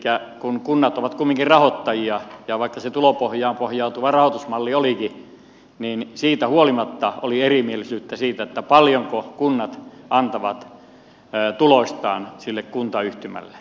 elikkä kun kunnat ovat kumminkin rahoittajia ja vaikka se tulopohjaan pohjautuva rahoitusmalli olikin niin siitä huolimatta oli erimielisyyttä siitä paljonko kunnat antavat tuloistaan sille kuntayhtymälle